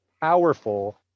powerful